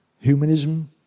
humanism